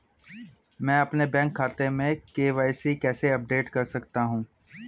मैं अपने बैंक खाते में के.वाई.सी कैसे अपडेट कर सकता हूँ?